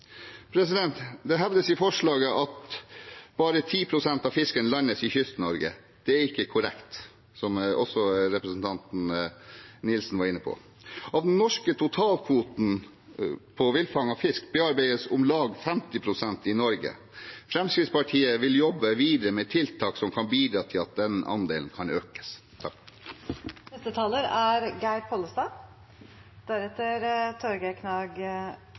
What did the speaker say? Det hevdes i forslaget at bare 10 pst. av fisken landes i Kyst-Norge. Det er ikke korrekt, som også representanten Nilsen var inne på. Av den norske totalkvoten på viltfanget fisk bearbeides om lag 50 pst. i Norge. Fremskrittspartiet vil jobbe videre med tiltak som kan bidra til at den andelen kan økes. For Senterpartiet er